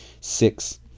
Six